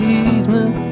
evening